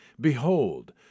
Behold